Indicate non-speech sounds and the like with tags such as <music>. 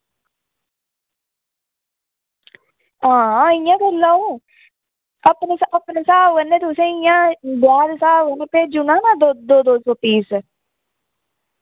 हां इ'यां करी लाओ अपने सा अपने स्हाब कन्नै तुसें इ'य्यां <unintelligible> कन्नै भेजू ना ना द दो दो पीस